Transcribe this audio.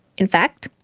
in fact,